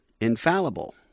infallible